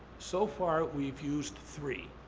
so far, we've used three.